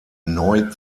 neu